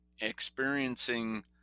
experiencing